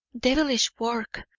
devilish work,